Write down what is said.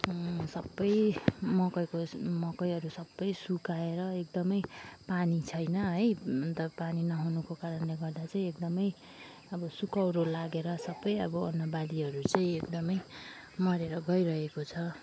सबै मकै होस् मकैहरू सबै सुकाएर एकदमै पानी छैन है अन्त पानी नहुनुको कारणले गर्दा चाहिँ एकदमै अब सुकाउरो लागेर सबै अब अन्नबालीहरू चाहिँ एकदमै मरेर गइरहेको छ